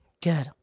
Good